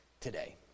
today